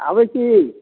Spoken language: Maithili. आबै छी